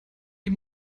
die